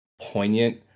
poignant